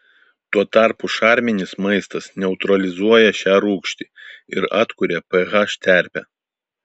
tuo tarpu šarminis maistas neutralizuoja šią rūgštį ir atkuria ph terpę